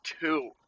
two